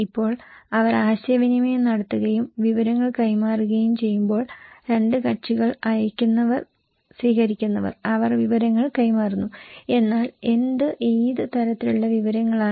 ഇപ്പോൾ അവർ ആശയവിനിമയം നടത്തുകയും വിവരങ്ങൾ കൈമാറുകയും ചെയ്യുമ്പോൾ രണ്ട് കക്ഷികൾ അയയ്ക്കുന്നവർ സ്വീകരിക്കുന്നവർ അവർ വിവരങ്ങൾ കൈമാറുന്നു എന്നാൽ എന്ത് ഏത് തരത്തിലുള്ള വിവരങ്ങളാണ്